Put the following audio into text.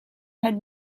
had